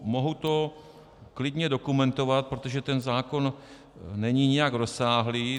Mohu to klidně dokumentovat, protože ten zákon není nijak rozsáhlý.